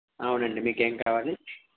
అవునండి మీకేమి కావాలి